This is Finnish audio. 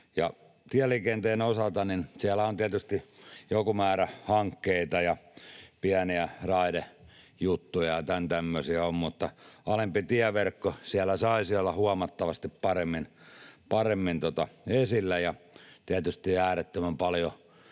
Tieliikenteen osalta siellä on tietysti joku määrä hankkeita ja pieniä raidejuttuja ja tämän tämmöisiä, mutta alempi tieverkko siellä saisi olla huomattavasti paremmin esillä, ja on tietysti äärettömän paljon